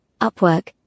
Upwork